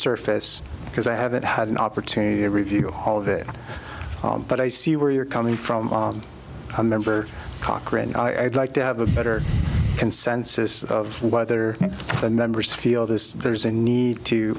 surface because i haven't had an opportunity to review all of it but i see where you're coming from a member cochrane i'd like to have a better consensus of whether the numbers feel this there's a need to